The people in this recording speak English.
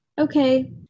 Okay